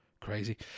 Crazy